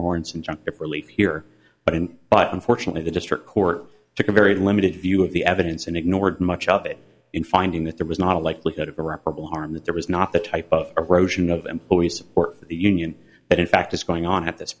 aaronson just relief here but in but unfortunately the district court took a very limited view of the evidence and ignored much of it in finding that there was not a likelihood of irreparable harm that there was not the type of erosion of employees or the union that in fact is going on at this